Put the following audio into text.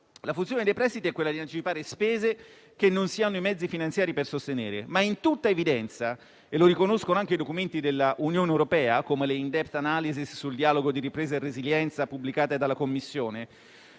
La funzione dei prestiti è anticipare spese che non si hanno i mezzi finanziari per sostenere, ma in tutta evidenza - lo riconoscono anche i documenti della Unione europea, come le *in-depth analysis* sul Piano di ripresa e resilienza, pubblicate dalla Commissione